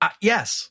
Yes